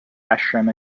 ashram